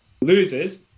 loses